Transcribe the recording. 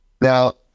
Now